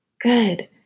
Good